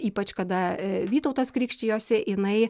ypač kada vytautas krikštijosi jinai